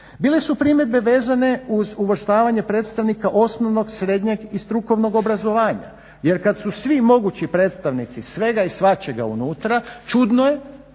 Bile su primjedbe vezane uz uvrštavanje predstavnika osnovnog, srednjeg i strukovnog obrazovanja. Jer kad su svi mogući predstavnici svega i svačega unutra čudno je